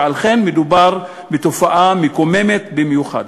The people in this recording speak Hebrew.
ועל כן מדובר בתופעה מקוממת במיוחד.